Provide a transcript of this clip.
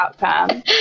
outcome